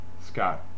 Scott